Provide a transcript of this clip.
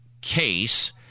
case